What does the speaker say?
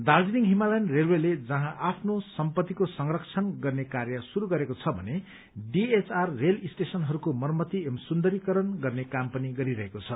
Darjeeling Himalayan रेलवेले जहाँ आफ्नो सम्पत्तीको संरक्षण गर्ने कार्य शुरू गरेको छ भने डीएचआर रेल स्टेशनहरूको मरम्मती एवं सुन्दरीकरण गर्ने काम पनि गरिरहेको छ